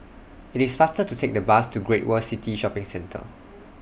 IT IS faster to Take The Bus to Great World City Shopping Centre